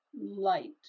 light